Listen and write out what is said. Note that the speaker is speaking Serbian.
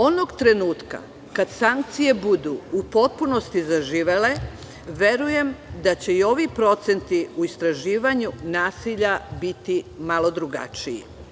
Onog trenutka kad sankcije budu u potpunosti zaživele, verujem da će i ovi procenti u istraživanju nasilja biti malo drugačiji.